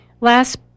Last